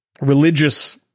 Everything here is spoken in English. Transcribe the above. religious